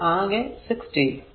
അപ്പോൾ ആകെ 60